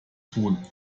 tun